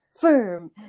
firm